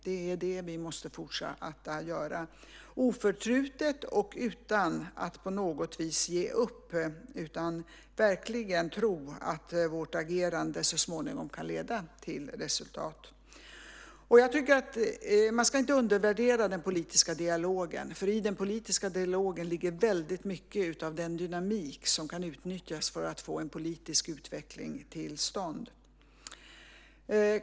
Det är det vi måste fortsätta att göra, oförtrutet och utan att på något vis ge upp, utan verkligen tro att vårt agerande så småningom kan leda till resultat. Man ska inte undervärdera den politiska dialogen, för i den politiska dialogen ligger väldigt mycket av den dynamik som kan utnyttjas för att få en politisk utveckling till stånd.